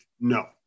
No